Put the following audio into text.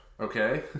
okay